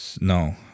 no